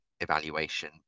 evaluation